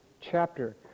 chapter